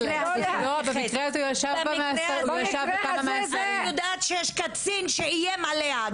אני יודעת שיש קצין שאיים עליה.